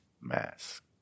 mask